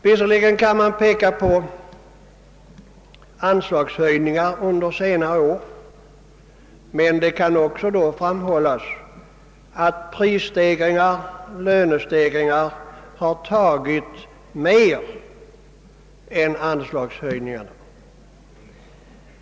Visserligen kan man peka på anslagshöjningar under senare år, men det kan då också framhållas att prisstegringar och lönestegringar har tagit mer än vad anslagshöjningarna givit.